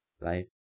life